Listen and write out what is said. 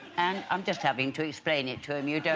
and i'm just having to explain it to them you